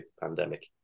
pandemic